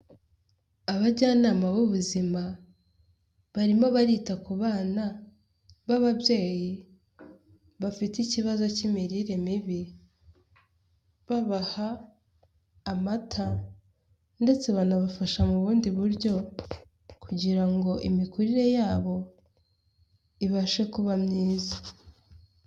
Abajyanama b'ubuzima barimo barita ku bana b'ababyeyi bafite ikibazo cy'imirire mibi babaha amata ndetse banabafasha mu bundi buryo kugira ngo imikurire yabo ibashe kuba myiza.